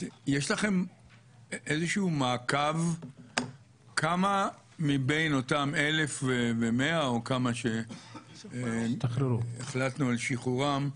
יש לכם איזשהו מעקב כמה מבין אותם 1,100 או כמה שהחלטנו על שחרורם,